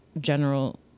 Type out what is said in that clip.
general